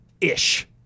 ish